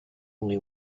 only